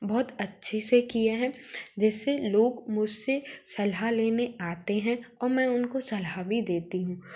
बहुत अच्छे से किए है जिससे लोग मुझसे सलाह लेने आते हैं और मैं उनको सलाह भी देती हूँ